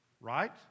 Right